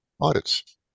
audits